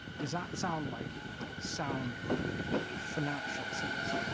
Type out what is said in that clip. does that sound like sound financial sense?